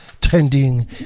trending